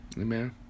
Amen